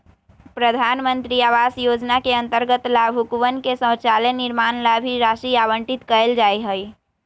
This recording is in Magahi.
प्रधान मंत्री आवास योजना के अंतर्गत लाभुकवन के शौचालय निर्माण ला भी राशि आवंटित कइल जाहई